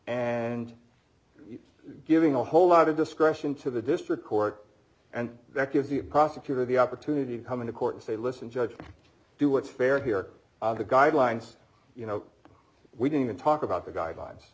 and giving a whole lot of discretion to the district court and that gives the prosecutor the opportunity to come into court and say listen judge and do what's fair here the guidelines you know we can talk about the guidelines